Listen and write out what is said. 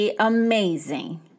amazing